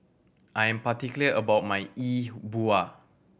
I am particular about my E Bua